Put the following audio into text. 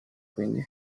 quindi